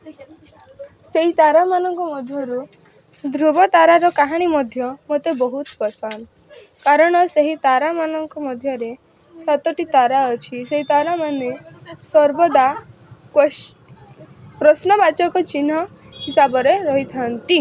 ସେହି ତାରାମାନଙ୍କ ମଧ୍ୟରୁ ଧ୍ରୁବ ତାରାର କାହାଣୀ ମଧ୍ୟ ମୋତେ ବହୁତ ପସନ୍ଦ କାରଣ ସେହି ତାରାମାନଙ୍କ ମଧ୍ୟରେ ସାତୋଟି ତାରା ଅଛି ସେହି ତାରାମାନେ ସର୍ବଦା ପ୍ରଶ୍ନବାଚକ ଚିହ୍ନ ହିସାବରେ ରହିଥାନ୍ତି